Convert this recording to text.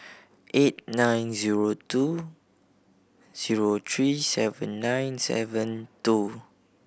eight nine zero two zero three seven nine seven two